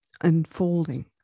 unfolding